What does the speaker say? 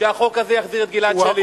שהחוק הזה יחזיר את גלעד שליט,